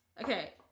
Okay